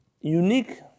Unique